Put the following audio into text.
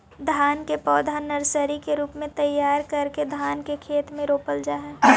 धान के पौधा नर्सरी के रूप में तैयार करके धान के खेत में रोपल जा हइ